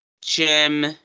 Jim